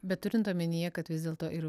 bet turint omenyje kad vis dėlto ir